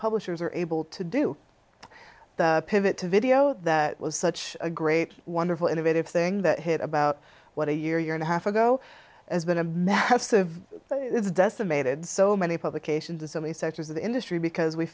publishers are able to do pivot video that was such a great wonderful innovative thing that hit about what a year year and a half ago has been a matter of decimated so many publications and so many sectors of the industry because we